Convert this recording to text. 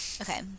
Okay